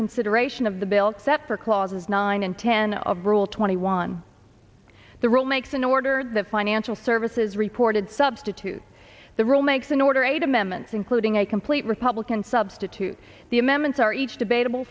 consideration of the bill set for clauses nine and ten of rule twenty one the rule makes an order the financial services reported substitute the rule makes an order eight amendments including a complete republican substitute the amendments are each debatable